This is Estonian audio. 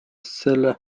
selle